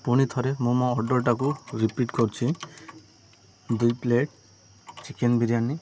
ପୁଣି ଥରେ ମୁଁ ମୋ ଅର୍ଡ଼ର୍ଟାକୁ ରିପିଟ୍ କରୁଛି ଦୁଇ ପ୍ଲେଟ୍ ଚିକେନ ବିରିୟାନୀ